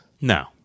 no